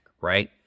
right